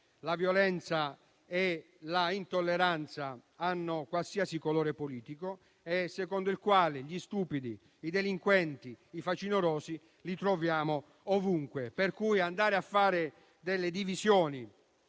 la violenza e l'intolleranza hanno qualsiasi colore politico e secondo il quale gli stupidi, i delinquenti e i facinorosi li troviamo ovunque. Per cui andare a fare delle divisioni